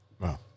Wow